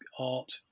art